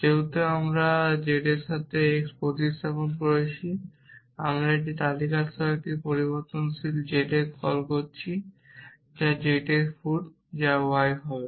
যেহেতু আমরা এখন z এর সাথে x এর প্রতিস্থাপিত করেছি আমরা একটি তালিকা সহ একটি পরিবর্তনশীল z এর কল করছি যা z এর ফুট যা y হবে